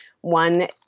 one